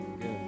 Good